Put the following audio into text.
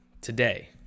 today